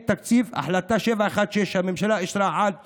תקציב מהחלטה 716 שהממשלה אישרה על הנייר,